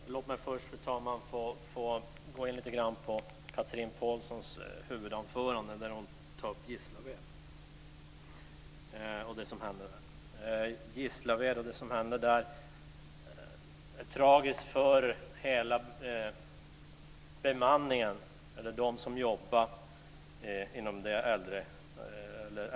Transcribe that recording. Fru talman! Först vill jag gå in på Catherine Pålssons huvudanförande där hon tog upp händelserna i Gislaved. Det som har hänt är tragiskt för alla som jobbar inom äldrevården.